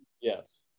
Yes